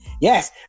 Yes